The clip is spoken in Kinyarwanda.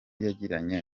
yagiranye